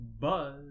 buzz